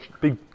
big